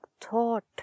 thought